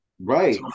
Right